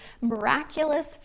miraculous